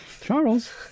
Charles